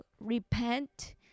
repent